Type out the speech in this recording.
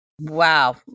Wow